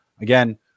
Again